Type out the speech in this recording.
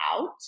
out